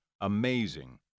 Amazing